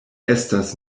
estas